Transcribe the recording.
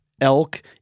elk